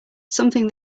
something